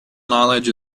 knowledge